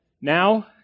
now